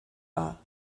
war